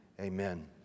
Amen